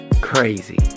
Crazy